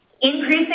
increase